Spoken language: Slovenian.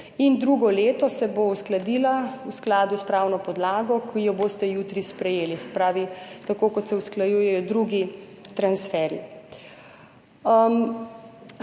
drugo leto se bo uskladila v skladu s pravno podlago, ki jo boste jutri sprejeli, se pravi tako, kot se usklajujejo drugi transferji.